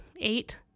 eight